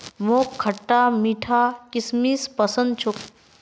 मोक खटता मीठा किशमिश पसंद छोक